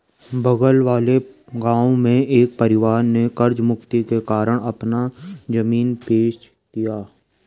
बगल वाले गांव में एक परिवार ने कर्ज मुक्ति के कारण अपना जमीन बेंच दिया